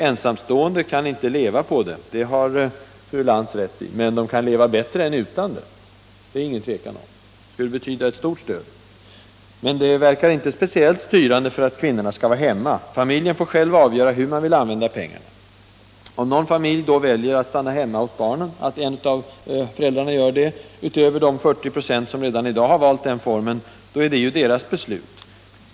Ensamstående kan inte leva på det, det har fru Lantz rätt i, men de kan leva bättre med det än utan det. Det verkar inte speciellt styrande i riktning att kvinnorna skulle vara hemma. Familjen får själv avgöra hur den vill använda pengarna. Om någon familj då väljer att en av föräldrarna stannar hemma hos barnen — utöver de 40 ". som redan i dag har valt den formen — så är det deras beslut.